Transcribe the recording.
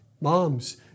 Moms